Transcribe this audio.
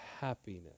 happiness